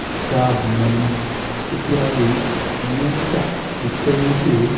रक्षाबन्धनम् इत्यादि अनेकेषु उत्सवेषु